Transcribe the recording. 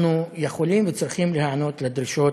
אנחנו יכולים וצריכים להיענות לדרישות,